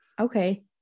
Okay